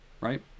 right